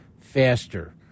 faster